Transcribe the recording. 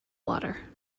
water